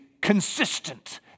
consistent